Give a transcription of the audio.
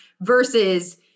versus